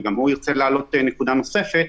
שגם הוא ירצה להעלות נקודה נוספת.